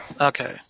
Okay